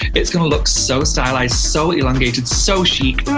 it's gonna look so stylized, so elongated, so chic.